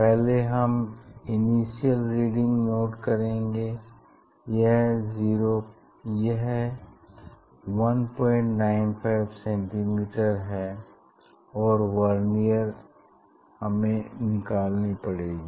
पहले हम initial reading note करेंगे यह 195 cm है और वर्नियर हमें निकालनी पड़ेगी